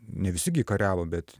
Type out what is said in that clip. ne visi gi kariavo bet